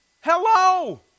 Hello